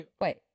wait